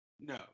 No